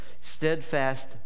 steadfast